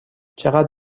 چقدر